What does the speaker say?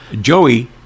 joey